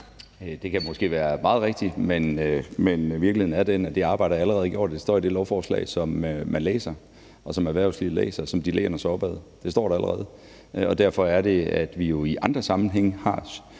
det kan måske være meget rigtigt, men virkeligheden er den, at det arbejde allerede er gjort. Det står i det lovforslag, som man læser, og som erhvervslivet læser, og som de læner sig op ad. Det står der allerede. Og det er jo sådan, at vi i andre sammenhænge har